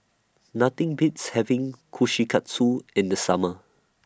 Nothing Beats having Kushikatsu in The Summer